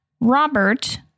Robert